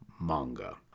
manga